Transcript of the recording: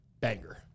Banger